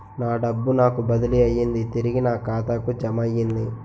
నా డబ్బు నాకు బదిలీ అయ్యింది తిరిగి నా ఖాతాకు జమయ్యింది